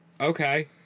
okay